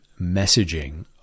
messaging